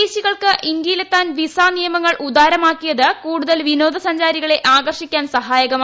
വിദേശികൾക്ക് ഇന്ത്യയിലെത്താൻ വിസ നിയമങ്ങൾ ഉദാരമാക്കിയത് കൂടുതൽ വിനോദസഞ്ചാരികളെ ആകർഷിക്കാൻ സഹായകമായി